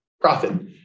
profit